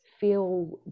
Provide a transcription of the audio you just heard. feel